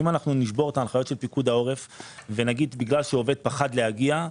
ואם נשבור אותן ונגיד שזה בגלל שעובד פחד להגיע,